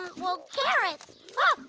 um, well carrots.